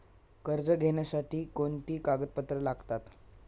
कर्ज घेण्यासाठी कोणती कागदपत्रे लागतात?